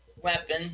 weapon